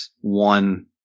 One